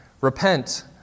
repent